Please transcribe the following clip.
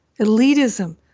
Elitism